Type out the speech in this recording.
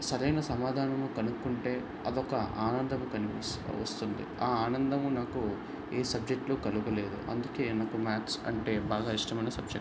సరైన సమాధానం కనుక్కుంటే అదొక ఆనందం కలిగి వస్తుంది ఆ ఆనందము నాకు ఏ సబ్జెక్ట్లో కలుగలేదు అందుకే నాకు మ్యాథ్స్ అంటే బాగా ఇష్టమైన సబ్జెక్ట్